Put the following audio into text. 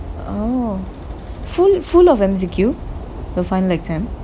oh full full of M_C_Q your final exam